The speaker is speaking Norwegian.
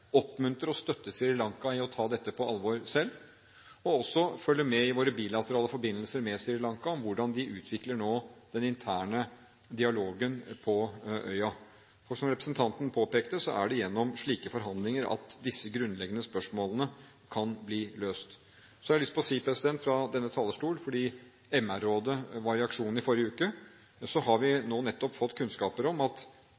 å oppmuntre og støtte Sri Lanka til å ta dette på alvor selv, og også følge med i våre bilaterale forbindelser med Sri Lanka om hvordan de nå utvikler den interne dialogen på øya. Som representanten påpekte, er det gjennom slike forhandlinger at disse grunnleggende spørsmålene kan bli løst. Jeg har fra denne talerstolen lyst til å si at Menneskerettighetsrådet var i aksjon i forrige uke. Vi har nettopp fått kunnskaper om at